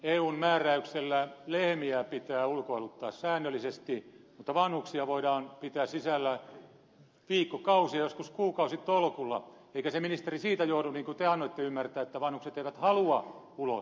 eun määräyksellä lehmiä pitää ulkoiluttaa säännöllisesti mutta vanhuksia voidaan pitää sisällä viikkokausia joskus kuukausitolkulla eikä se ministeri siitä johdu niin kuin te annoitte ymmärtää että vanhukset eivät halua ulos